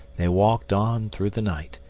they walked on through the night,